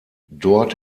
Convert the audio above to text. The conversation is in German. dort